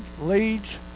leads